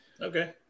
Okay